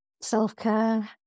self-care